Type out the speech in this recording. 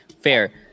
fair